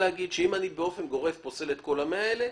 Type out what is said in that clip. אני באופן גורף פוסל את כל ה-100 האלה,